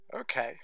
Okay